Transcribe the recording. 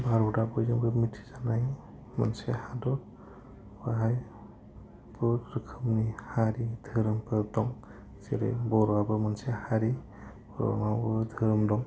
भारतआ बयजोंबो मिथिजानाय मोनसे हादर बाहाय बुहुत रोखोमनि हारि धोरोमफोर दं जेरै बर'आबो मोनसे हारि बर'नावबो धोरोम दं